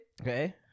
Okay